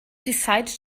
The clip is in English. decided